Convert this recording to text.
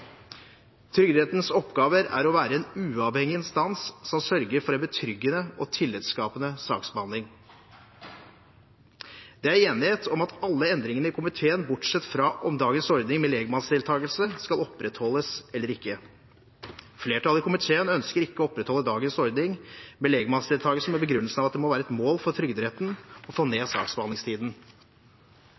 Trygderettens oppgaver er å være en uavhengig instans som sørger for en betryggende og tillitsskapende saksbehandling. Det er i komiteen enighet om alle endringene, bortsett fra om dagens ordning med legmannsdeltakelse skal opprettholdes eller ikke. Flertallet i komiteen ønsker ikke å opprettholde dagens ordning med legmannsdeltakelse med den begrunnelse at det må være et mål for Trygderetten å få ned saksbehandlingstiden.